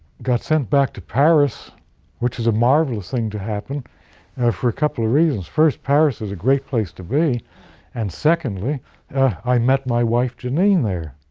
got sent back to paris which is a marvelous thing to happen for a couple of reasons. first paris is a great place to be and secondly i met my wife janine there.